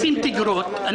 גורמים לתגרות,